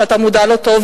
שאתה מודע לו היטב,